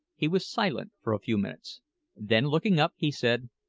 he was silent for a few minutes then looking up, he said,